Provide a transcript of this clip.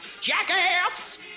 jackass